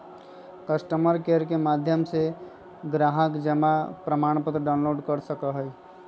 customer care के माध्यम से ग्राहक जमा प्रमाणपत्र डाउनलोड कर सका हई